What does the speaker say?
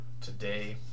today